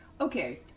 okay